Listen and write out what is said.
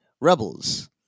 Rebels